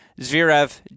Zverev